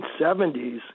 1970s